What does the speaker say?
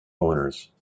owners